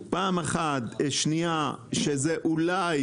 פעם שנייה זה אולי